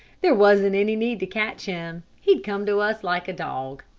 there wasn't any need to catch him, he'd come to us like a dog.